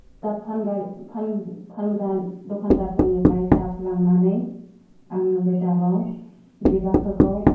दा फानगारि फानग्रा दखानदारफोरनिफ्राय दाब लांनानै आङो बे दाबाव बिबारफोरखौ